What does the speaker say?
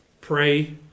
pray